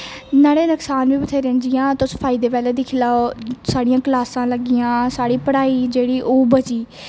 न्हाड़े नुक्सान बी बथेरे ना जियां तुस फायदे पैहल दिक्खी लैओ साढ़ियां क्लासां लग्गियां आं साढ़ी पढ़ाई जेह्ड़ी ओह बची